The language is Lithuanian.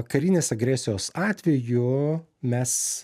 karinės agresijos atveju mes